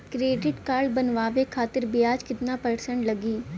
Credit card बनवाने खातिर ब्याज कितना परसेंट लगी?